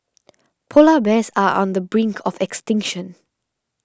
Polar Bears are on the brink of extinction